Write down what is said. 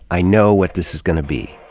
i know what this is gonna be.